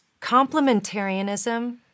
Complementarianism